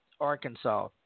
Arkansas